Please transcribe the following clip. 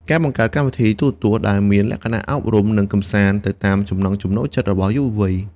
ការបង្កើតកម្មវិធីទូរទស្សន៍ដែលមានលក្ខណៈអប់រំនិងកម្សាន្តទៅតាមចំណង់ចំណូលចិត្តរបស់យុវវ័យ។